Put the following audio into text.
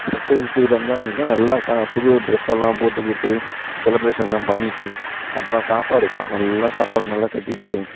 பக்ரீத்து ரம்ஜான் அன்றைக்கிலாம் நல்லா சா புது ட்ரெஸ்ஸெல்லாம் போட்டுக்கிட்டு செலப்ரேஷன்லாம் பண்ணிகிட்டு அப்புறம் சாப்பாடுதான் நல்ல சாப்பாடு நல்லா கட்டிட்டு